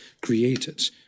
created